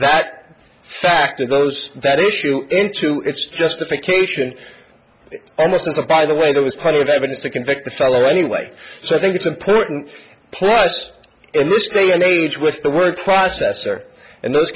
that factor those that issue into its justification almost as a by the way that was part of the evidence to convict the fellow anyway so i think it's important plus in this day and age with the word processor and